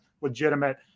legitimate